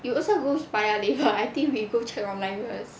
you own self go paya lebar I think we go check online first